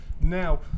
Now